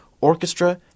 orchestra